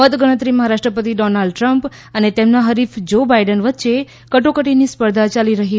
મતગણતરીમાં રાષ્ટ્રપતિ Donald Trump અને તેમના હરીફ જો બાઇડેન વચ્ચે કટોકટીની સ્પર્ધા ચાલી રહી હોવાના અહેવાલ છે